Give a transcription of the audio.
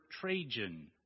Trajan